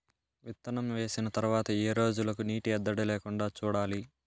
విత్తనం వేసిన తర్వాత ఏ రోజులకు నీటి ఎద్దడి లేకుండా చూడాలి?